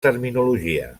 terminologia